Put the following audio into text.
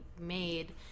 made